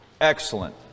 excellent